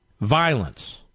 Violence